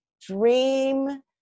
dream